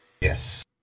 Yes